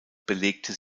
belegte